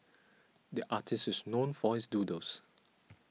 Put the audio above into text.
the artist is known for his doodles